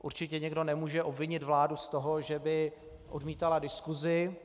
Určitě nikdo nemůže obvinit vládu z toho, že by odmítala diskusi.